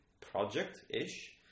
project-ish